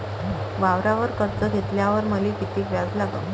वावरावर कर्ज घेतल्यावर मले कितीक व्याज लागन?